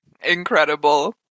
Incredible